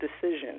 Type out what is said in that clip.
decision